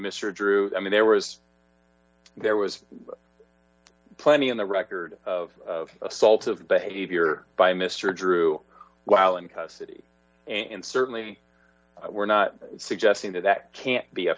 mr drew i mean there was there was plenty on the record of assaultive behavior by mr drew while in custody and certainly we're not suggesting that that can't be a